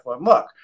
Look